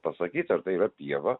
pasakyt ar tai yra pieva